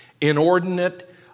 inordinate